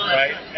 right